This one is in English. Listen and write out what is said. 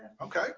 Okay